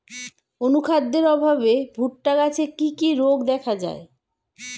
অনুখাদ্যের অভাবে ভুট্টা গাছে কি কি রোগ দেখা যায়?